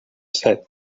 set